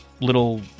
little